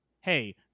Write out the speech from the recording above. hey